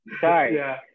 sorry